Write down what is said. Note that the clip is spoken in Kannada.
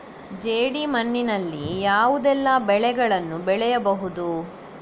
ಜೇಡಿ ಮಣ್ಣಿನಲ್ಲಿ ಯಾವುದೆಲ್ಲ ಬೆಳೆಗಳನ್ನು ಬೆಳೆಯಬಹುದು?